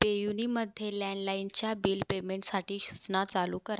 पेयुनीमध्ये लँडलाईनच्या बिल पेमेंटसाटी ससूचना चालू करा